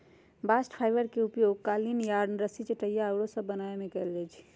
bast fibre के उपयोग कालीन, यार्न, रस्सी, चटाइया आउरो सभ बनाबे में कएल जाइ छइ